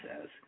says